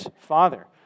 Father